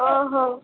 ହଁ ହଁ